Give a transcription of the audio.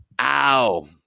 Ow